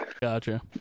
Gotcha